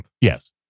Yes